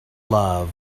love